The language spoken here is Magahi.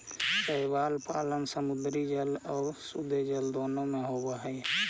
शैवाल पालन समुद्री जल आउ शुद्धजल दोनों में होब हई